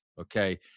okay